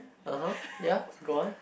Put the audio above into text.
(uh huh) ya go on